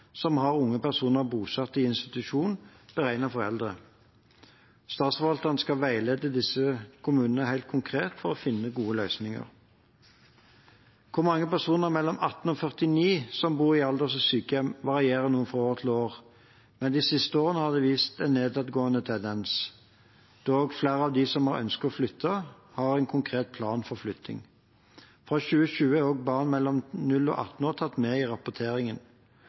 som har unge personer bosatt i institusjon beregnet for eldre. Statsforvalteren skal veilede disse kommunene helt konkret for å finne gode løsninger. Hvor mange personer mellom 18 og 49 år som bor i alders- og sykehjem, varierer noe fra år til år, men de siste årene har vist en nedadgående tendens. Også flere av dem som har ønsket å flytte, har en konkret plan for flytting. Fra 2020 er også barn mellom 0 og 18 år tatt med i rapporteringen.